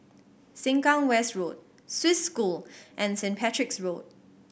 Sengkang West Road Swiss School and Saint Patrick's Road